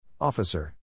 Officer